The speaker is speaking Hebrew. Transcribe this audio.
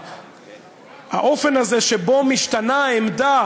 האופן הזה שבו משתנה העמדה,